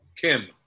Kim